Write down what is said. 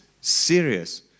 Serious